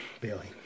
Bailey